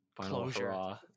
closure